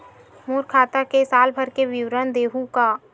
मोर खाता के साल भर के विवरण देहू का?